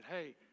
hey